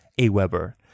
AWeber